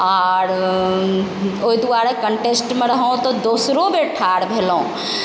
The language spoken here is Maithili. आओर ओहि दुआरे कंटेस्टमे रहौं तऽ दोसरो बेर ठाढ़ भेलहुँ